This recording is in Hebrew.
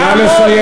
נא לסיים.